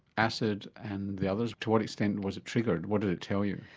acid and the others, to what extent was it triggered, what did it tell you?